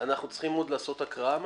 אנחנו צריכים עוד לקרוא את הצעת החוק?